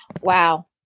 Wow